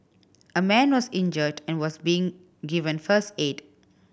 a man was injured and was being given first aid